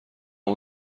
اون